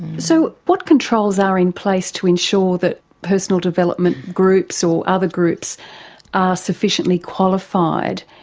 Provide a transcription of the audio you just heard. so what controls are in place to ensure that personal development groups or other groups are sufficiently qualified,